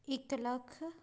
ਇੱਕ ਲੱਖ